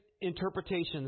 interpretations